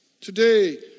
Today